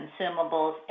consumables